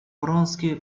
вронский